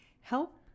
help